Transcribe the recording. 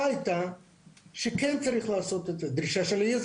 מי שם אתכם במצב של אין